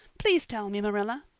please tell me, marilla.